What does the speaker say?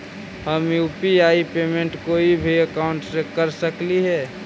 हम UPI payment कोई भी अकाउंट से कर सकली हे?